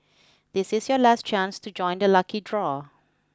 this is your last chance to join the lucky draw